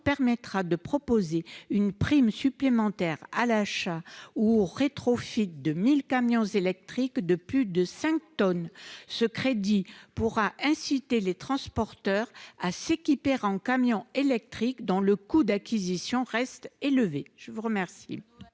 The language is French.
permettra de proposer une prime supplémentaire à l'achat ou au rétrofit de 1 000 camions électriques de plus de 5 tonnes. Il pourra ainsi inciter les transporteurs à s'équiper en camions électriques, dont le coût d'acquisition reste élevé. Quel